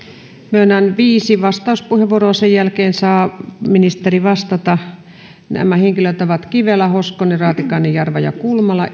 myönnän viisi vastauspuheenvuoroa sen jälkeen saa ministeri vastata nämä henkilöt ovat kivelä hoskonen raatikainen jarva ja kulmala